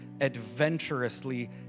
adventurously